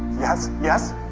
yes yes?